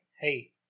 hey